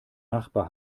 nachbar